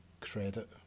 credit